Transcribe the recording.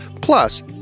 Plus